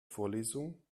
vorlesung